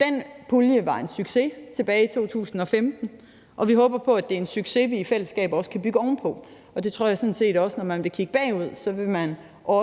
Den pulje var en succes tilbage i 2015, og vi håber på, at det er en succes, vi i fællesskab også kan bygge oven på. Jeg tror sådan set også, når man vil kigge bagud, at man